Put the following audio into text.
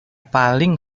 paling